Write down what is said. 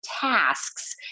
tasks